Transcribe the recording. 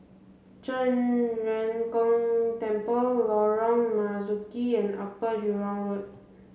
Zhen Ren Gong Temple Lorong Marzuki and Upper Jurong Road